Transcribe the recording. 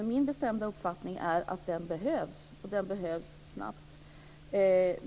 Min bestämda uppfattning är att den behövs.